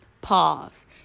Pause